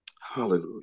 Hallelujah